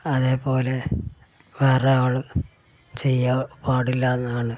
അതേപോലെ വേറൊരാൾ ചെയ്യാൻ പാടില്ലയെന്നാണ്